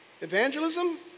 evangelism